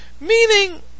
Meaning